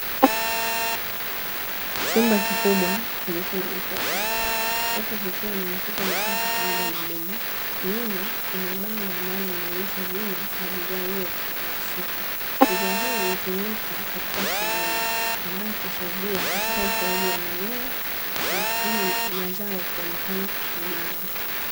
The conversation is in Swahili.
Chumba kikubwa kilicho na watu watatu huku kukiwa na mifuko mitatu pamoja na dumu, nyuma kuna bango ambalo linaonesha jina ya bidhaa hiyo waliyoshika, bidhaa hii hutumika katika kilimo ambacho husaidia ukuaji wa mimea na kufanya mazao kuonekana imara.